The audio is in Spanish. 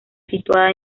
situada